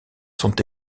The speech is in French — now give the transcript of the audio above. sont